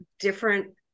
different